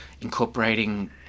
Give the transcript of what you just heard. incorporating